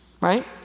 right